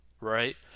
right